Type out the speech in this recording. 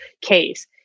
case